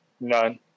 none